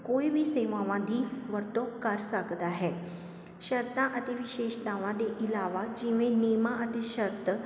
ਕੋਈ ਵੀ ਸੇਵਾਵਾਂ ਦੀ ਵਰਤੋਂ ਕਰ ਸਕਦਾ ਹੈ ਸ਼ਰਤਾਂ ਅਤੇ ਵਿਸ਼ੇਸ਼ਤਾਵਾਂ ਦੇ ਇਲਾਵਾ ਜਿਵੇਂ ਨਿਯਮਾਂ ਅਤੇ ਸ਼ਰਤ